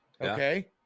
okay